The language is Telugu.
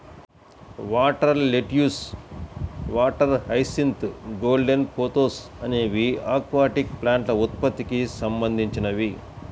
water lettuce, water hyacinth, golden pothos అనేవి ఆక్వాటిక్ ప్లాంట్ల ఉత్పత్తికి సంబంధించినవి